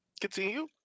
continue